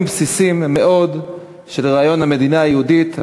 בסיסיים מאוד של רעיון המדינה היהודית,